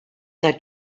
that